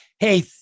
Hey